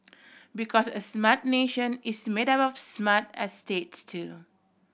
because a smart nation is made up of smart estates too